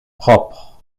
propre